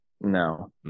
no